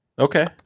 okay